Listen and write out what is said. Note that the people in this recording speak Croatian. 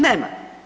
Nema.